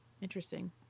Interesting